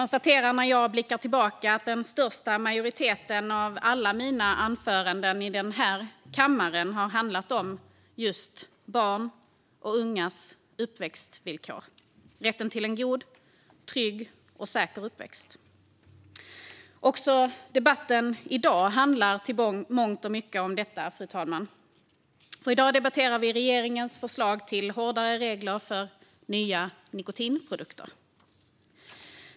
När jag blickar tillbaka kan jag konstatera att majoriteten av alla mina anföranden i den här kammaren har handlat om just barns och ungas uppväxtvillkor och om rätten till en god, trygg och säker uppväxt. Också debatten i dag handlar i mångt och mycket om detta, fru talman. I dag debatterar vi regeringens förslag till hårdare regler för nya nikotinprodukter.